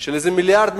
של איזה 1 1.5 מיליארד.